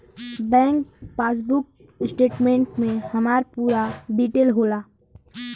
bank passbook statement में हमार पूरा डिटेल होला